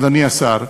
אדוני השר,